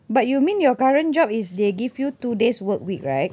but you mean your current job is they give you two days work week right